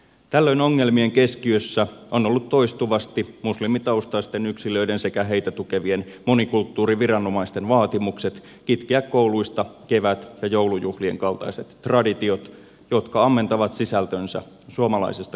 tällöin ongelmien keskiössä ovat olleet toistuvasti muslimitaustaisten yksilöiden sekä heitä tukevien monikulttuuriviranomaisten vaatimukset kitkeä kouluista kevät ja joulujuhlien kaltaiset traditiot jotka ammentavat sisältönsä suomalaisesta kulttuuriperimästä